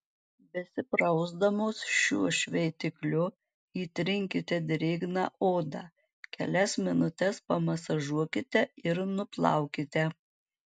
besiprausdamos šiuo šveitikliu įtrinkite drėgną odą kelias minutes pamasažuokite ir nuplaukite